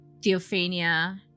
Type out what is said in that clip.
Theophania